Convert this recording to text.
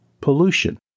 Pollution